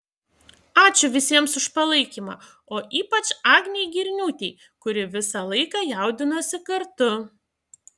ačiū visiems už palaikymą o ypač agnei girniūtei kuri visą laiką jaudinosi kartu